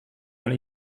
hal